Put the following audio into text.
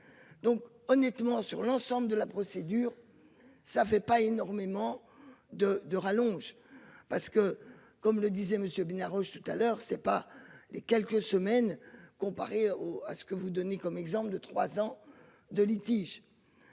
Donc honnêtement sur l'ensemble de la procédure. Ça fait pas énormément de de rallonge parce que comme le disait monsieur tout à l'heure, c'est pas les quelques semaines comparé au à ce que vous donnez comme exemples de trois ans de litige.